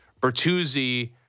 Bertuzzi